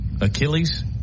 Achilles